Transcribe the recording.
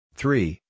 three